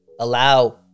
allow